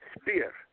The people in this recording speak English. spear